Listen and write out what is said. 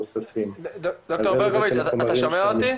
אלה עשבים מרוססים בכימיקלים שונים,